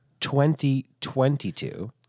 2022